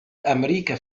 أمريكا